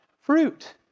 fruit